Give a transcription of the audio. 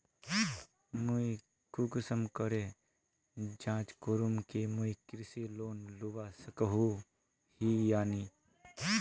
मुई कुंसम करे जाँच करूम की मुई कृषि लोन लुबा सकोहो ही या नी?